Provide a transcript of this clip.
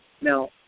Now